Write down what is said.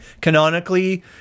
canonically